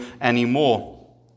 anymore